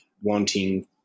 wanting